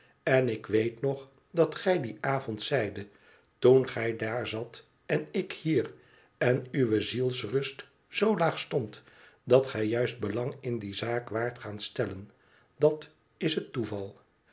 n ik weet nog dat gij dien avond zeidet toen j daar zat en ik hier en uwe zielsrust zoo laag stond dat gij juist belang m die zaak waart gaan stellen dat is het toeval